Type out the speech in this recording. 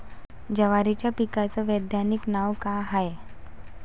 जवारीच्या पिकाचं वैधानिक नाव का हाये?